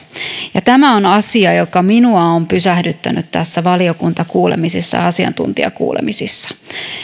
ja tämä on asia joka minua on pysähdyttänyt valiokuntakuulemisissa asiantuntijakuulemisissa